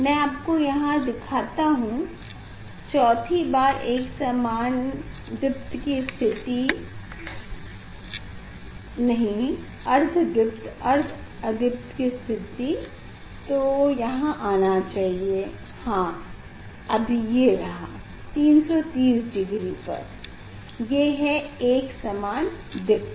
मैं आपको यहाँ दिखाता हूँ चौथी बार एकसमान दीप्त की स्थिति नहीं अर्ध दीप्त और अर्ध अदीप्त की स्थिति वो यहाँ आना चाहिए हाँ अभी ये रहा 330 डिग्री पर ये है एकसमान दीप्त